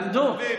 למדו.